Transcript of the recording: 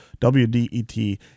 WDET